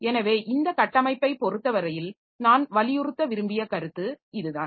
எனவே இந்த கட்டமைப்பைப் பொறுத்தவரையில் நான் வலியுறுத்த விரும்பிய கருத்து இதுதான்